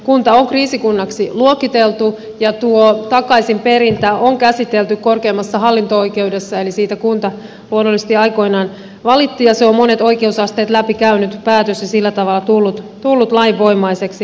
kunta on kriisikunnaksi luokiteltu ja tuo takaisinperintä on käsitelty korkeimmassa hallinto oikeudessa eli siitä kunta luonnollisesti aikoinaan valitti ja se on monet oikeusasteet läpikäynyt päätös ja sillä tavalla tullut lainvoimaiseksi